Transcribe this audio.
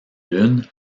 lune